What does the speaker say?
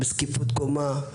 בזקיפות קומה,